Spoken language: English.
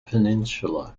peninsula